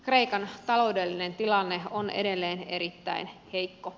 kreikan taloudellinen tilanne on edelleen erittäin heikko